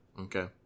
okay